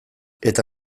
eta